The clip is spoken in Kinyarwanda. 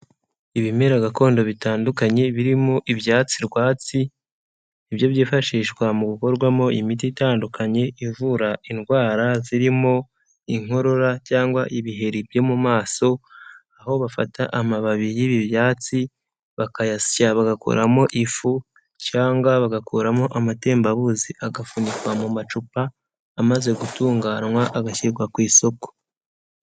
Ibimera gakondo bitandukanye birimo ibyatsi rwatsi ni byo byifashishwa mu gukorwamo imiti itandukanye ivura indwara zirimo inkorora, cyangwa ibiheri byo mu maso. Aho bafata amababi y'ibi byatsi bakayasya bagakoramo ifu, cyangwa bagakuramo amatembabuzi agafunikwa mu macupa amaze gutunganwa agashyirwa ku isoko.